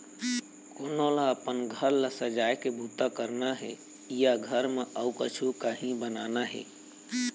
कोनो ल अपन घर ल सजाए के बूता करना हे या घर म अउ कछु काही बनाना हे